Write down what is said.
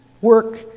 work